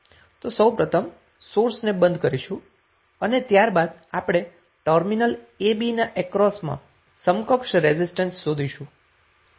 તો સૌપ્રથમ સોર્સને બંધ કરીશુ અને ત્યારબાદ આપણે ટર્મિનલ ab ના અક્રોસ માં સમક્ક્ષ રેઝિસ્ટન્સ શોધીશું